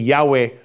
Yahweh